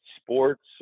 sports